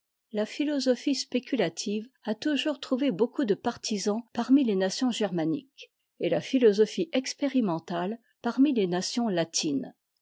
la philosophie spéculative a toujours trouvé beaucoup de partisans parmi les nations germaniques et la philosophie expérimentate parmi les nations latines